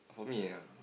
for me um